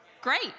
great